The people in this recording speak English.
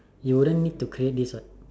you wouldn't need to create this what